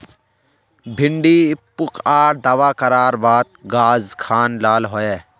भिन्डी पुक आर दावा करार बात गाज खान लाल होए?